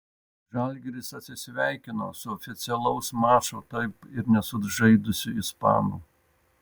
žalgiris atsisveikino su oficialaus mačo taip ir nesužaidusiu ispanu